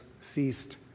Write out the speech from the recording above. feast